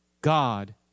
God